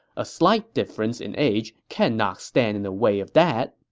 a slight difference in age cannot stand in the way of that.